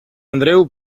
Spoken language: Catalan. andreu